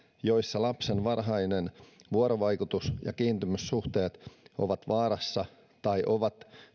joissa lapsen varhainen vuorovaikutus ja kiintymyssuhteet ovat vaarassa tai ovat